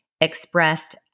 expressed